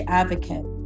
advocate